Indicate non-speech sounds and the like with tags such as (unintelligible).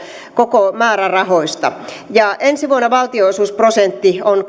koko määrärahoista ja ensi vuonna valtionosuusprosentti on (unintelligible)